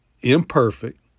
imperfect